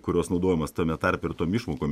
kurios naudojamos tame tarpe ir tom išmokom